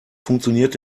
funktioniert